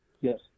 Yes